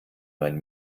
mein